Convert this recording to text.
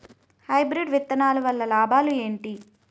Hybrid విత్తనాలు వల్ల లాభాలు ఏంటి?